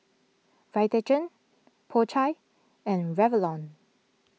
Vitagen Po Chai and Revlon